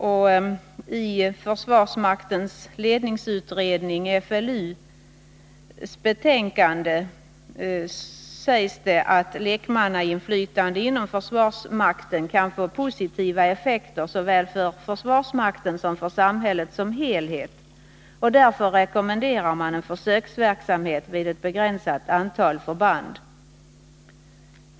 FLU — försvarsmaktens ledningsutredning — har i sitt slutbetänkande sagt att ett lekmannainflytande inom försvarsmakten kan få positiva effekter såväl för försvarsmakten som för samhället som helhet och rekommenderar därför försöksverksamhet vid ett begränsat antal förband.